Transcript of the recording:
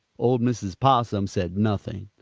old mrs. possum said nothing,